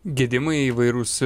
gedimai įvairūs